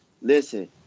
listen